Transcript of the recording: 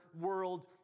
world